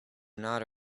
not